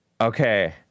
Okay